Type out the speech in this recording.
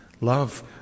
love